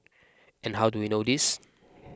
and how do we know this